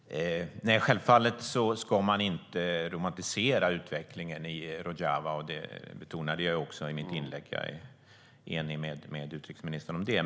Herr talman! Nej, självfallet ska man inte romantisera utvecklingen i Rojava, vilket jag också betonade i mitt inlägg. Jag är enig med utrikesministern om detta.